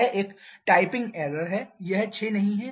यहां एक typing error है यह 6 नहीं है